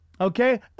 Okay